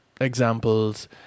examples